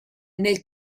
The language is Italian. nel